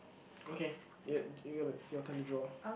okay you you got to your turn to draw